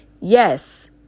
Yes